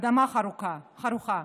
אדמה חרוכה.